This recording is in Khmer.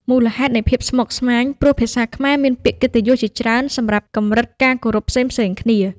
មូលហេតុនៃភាពស្មុគស្មាញ ព្រោះភាសាខ្មែរមានពាក្យកិត្តិយសជាច្រើនសម្រាប់កម្រិតការគោរពផ្សេងៗគ្នា។